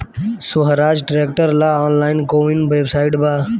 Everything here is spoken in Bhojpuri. सोहराज ट्रैक्टर ला ऑनलाइन कोउन वेबसाइट बा?